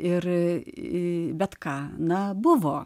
ir į bet ką na buvo